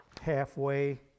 halfway